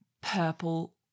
purple